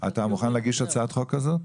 אתה מוכן להגיש הצעת חוק כזאת,